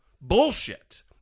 bullshit